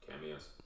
Cameos